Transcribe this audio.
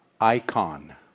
Icon